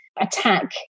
attack